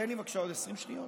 תן לי בבקשה, עוד 20 שניות.